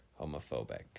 homophobic